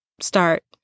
start